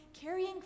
carrying